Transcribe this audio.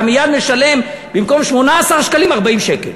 אתה מייד משלם במקום 18 שקלים 40 שקל,